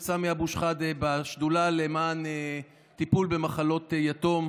סמי אבו שחאדה בשדולה למען טיפול במחלות יתום,